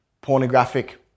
pornographic